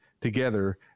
together